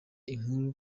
inkuru